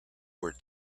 were